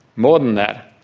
more than that,